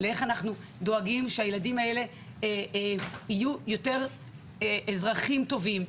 ואיך אנחנו דואגים שהילדים האלה יהיו אזרחים יותר טובים,